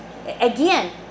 Again